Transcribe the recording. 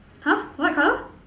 !huh! what colour